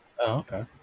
Okay